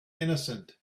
innocent